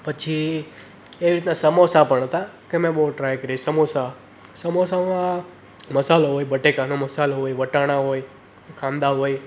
પછી એવી રીતના સમોસા પણ હતાં કે મેં બહુ ટ્રાય કર્યા સમોસા સમોસામાં મસાલો હોય બટેકાનો મસાલો હોય વટાણા હોય કાંદા હોય